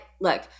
look